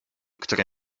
który